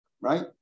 right